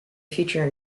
feature